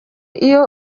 iyo